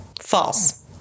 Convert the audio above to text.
False